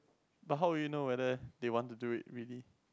but how would you know whether they want to do it really